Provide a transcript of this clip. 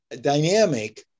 dynamic